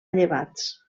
llevats